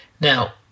Now